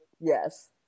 Yes